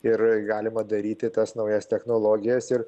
ir galima daryti tas naujas technologijas ir